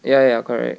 ya ya ya correct